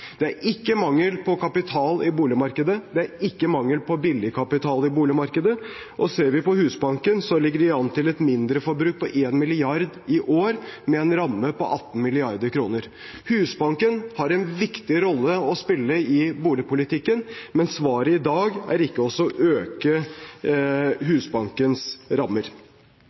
Det er ikke mangel på kapital i boligmarkedet. Det er ikke mangel på billig kapital i boligmarkedet. Og ser vi på Husbanken, ligger de an til et mindre forbruk på 1 mrd. kr i år med en ramme på 18 mrd. kr. Husbanken har en viktig rolle å spille i boligpolitikken, men svaret i dag er ikke å øke Husbankens rammer.